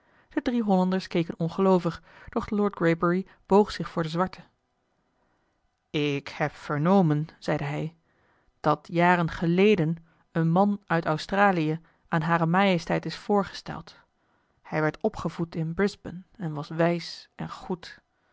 de drie hollanders keken ongeloovig doch lord greybury boog zich voor den zwarte ik heb vernomen zeide hij dat jaren geleden een man uit australië aan hare majesteit is voorgesteld hij werd opgevoed in eli heimans willem roda brisbane en was wijs en goed